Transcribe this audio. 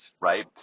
right